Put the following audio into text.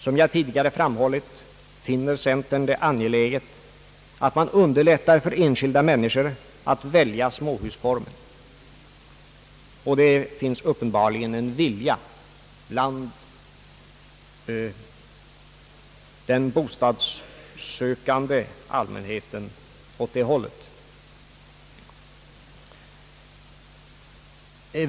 Som jag tidigare framhållit finner centern det angeläget att man underlättar för enskilda människor att välja småhusformen, och det finns uppenbarligen en vilja bland den bostadssökande allmänheten åt det hållet.